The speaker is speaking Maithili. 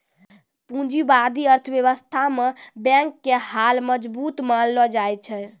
पूंजीबादी अर्थव्यवस्था मे बैंक के हाल मजबूत मानलो जाय छै